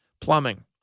plumbing